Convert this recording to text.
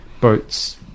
boats